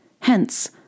Hence